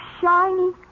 shiny